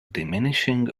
diminishing